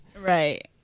Right